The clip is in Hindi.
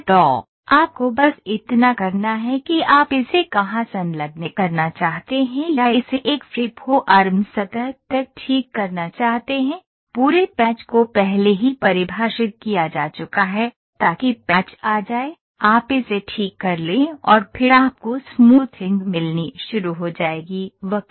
तो आपको बस इतना करना है कि आप इसे कहाँ संलग्न करना चाहते हैं या इसे एक फ़्री फॉर्म सतह तक ठीक करना चाहते हैं पूरे पैच को पहले ही परिभाषित किया जा चुका है ताकि पैच आ जाए आप इसे ठीक कर लें और फिर आपको स्मूथिंग मिलनी शुरू हो जाएगी वक्र